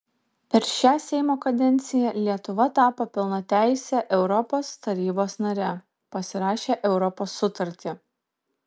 per šią seimo kadenciją lietuva tapo pilnateise europos tarybos nare pasirašė europos sutartį